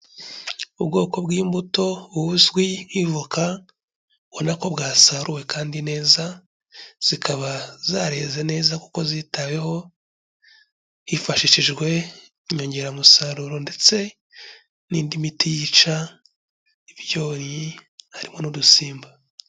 Ubwoko bw'imbuto buzwi nk'ivoka, ubona ko bwasaruwe kandi neza, zikaba zareze neza, kuko zitaweho hifashishijwe inyongeramusaruro ndetse n'indi miti yica ibyonnyi, harimo n'udusimba.